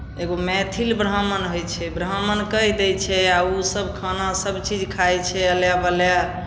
एगो मैथिल ब्राह्मण होइ छै ब्राह्मण कहि दै छै आ ओसभ खाना सभचीज खाइ छै अलाए बलाए